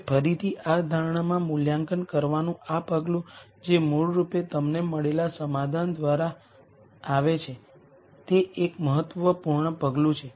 હવે ફરીથી આ ધારણામાં મૂલ્યાંકન કરવાનું આ પગલું જે મૂળરૂપે તમને મળેલા સમાધાન દ્વારા આવે છે તે એક મહત્વપૂર્ણ પગલું છે